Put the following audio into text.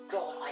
God